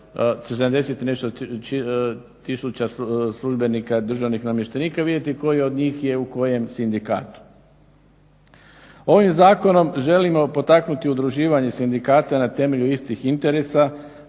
tisuća službenika i državnih namještenika i vidjeti koji od njih je u kojem sindikatu. Ovim zakonom želimo potaknuti udruživanje sindikata na temelju istih interesa